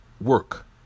work